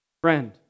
Friend